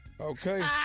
Okay